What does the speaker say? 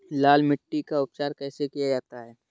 लाल मिट्टी का उपचार कैसे किया जाता है?